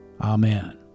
Amen